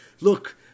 look